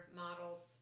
models